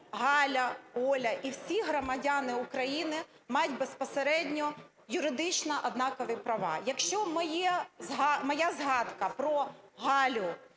Галя, Оля і всі громадяни України мають безпосередньо юридично однакові права. Якщо моя згадка про Галю